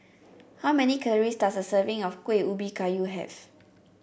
how many calories does a serving of Kuih Ubi Kayu have